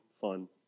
fun